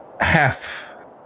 half